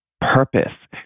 purpose